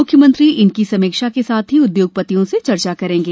मुख्यमंत्री इनकी समीक्षा के साथ ही उद्योगपतियों से चर्चा करेंगे